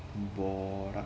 borat